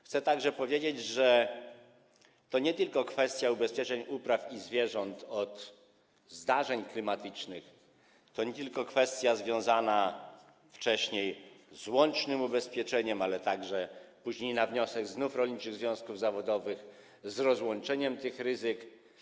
Chcę także powiedzieć, że to nie tylko kwestia ubezpieczeń upraw i zwierząt od zdarzeń klimatycznych, to nie tylko kwestia związana wcześniej z łącznym ubezpieczeniem, ale także później na wniosek znów rolniczych związków zawodowych z rozłączeniem tych ryzyk.